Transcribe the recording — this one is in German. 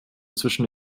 zwischen